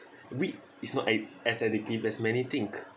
weed is not a~ as addictive as many think